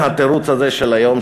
התירוץ הזה של היום,